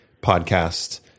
podcast